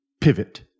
pivot